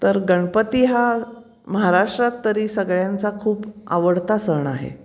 तर गणपती हा महाराष्ट्रात तरी सगळ्यांचा खूप आवडता सण आहे